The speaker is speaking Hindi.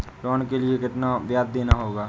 लोन के लिए कितना ब्याज देना होगा?